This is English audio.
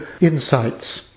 insights